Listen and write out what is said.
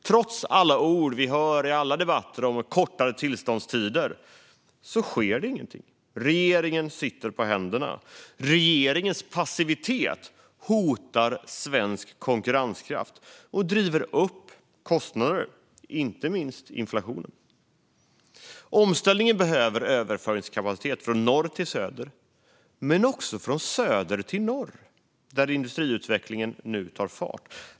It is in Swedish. Trots alla ord vi hör i alla debatter om kortare tillståndstider sker ingenting. Regeringen sitter på händerna. Regeringens passivitet hotar svensk konkurrenskraft och driver upp kostnader, och inte minst inflationen. För omställningen behövs överföringskapacitet från norr till söder men också från söder till norr, där industriutvecklingen nu tar fart.